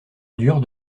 dure